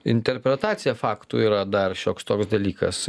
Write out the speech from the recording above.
interpretacija faktų yra dar šioks toks dalykas